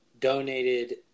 donated